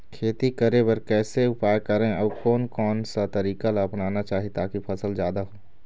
खेती करें बर कैसे उपाय करें अउ कोन कौन सा तरीका ला अपनाना चाही ताकि फसल जादा हो?